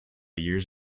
years